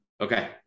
Okay